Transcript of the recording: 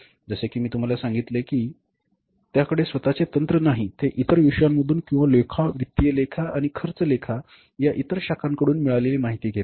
जसे की मी तुम्हाला सांगितलेले आहे की त्याकडे स्वतःचे तंत्र नाही ते इतर विषयांमधून किंवा लेखा वित्तीय लेखा आणि खर्च लेखा या इतर शाखांकडून मिळालेली माहिती घेते